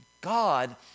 God